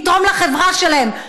לתרום לחברה שלהם,